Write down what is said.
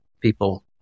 people